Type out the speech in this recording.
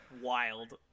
Wild